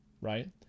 right